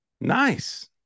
Nice